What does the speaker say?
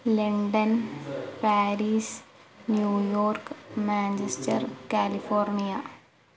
London Paris New York Manchester California